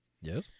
Yes